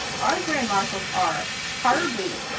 our grand marshals are, carter booth,